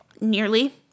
Nearly